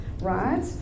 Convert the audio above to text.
right